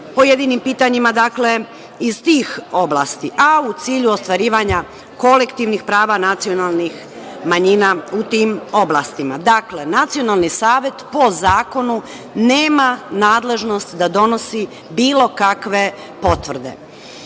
pojedinim pitanjima iz tih oblasti, a u cilju ostvarivanja kolektivnih prava nacionalnih manjina u tim oblastima. Dakle, Nacionalni savet po zakonu nema nadležnost da donosi bilo kakve potvrde.